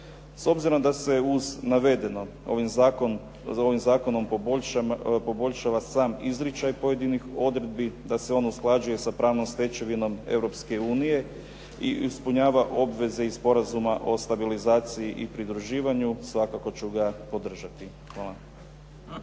S obzirom da se uz navedeno ovim zakonom poboljšava sam izričaj pojedinih odredbi, da se on usklađuje sa pravnom stečevinom Europske unije i ispunjava obveze iz Sporazuma o stabilizaciji i pridruživanju, svakako ću ga podržati. Hvala.